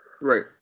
Right